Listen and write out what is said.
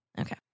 Okay